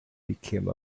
became